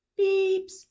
beeps